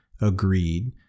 agreed